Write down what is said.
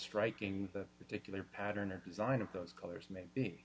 striking the particular pattern or design of those colors may be